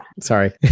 Sorry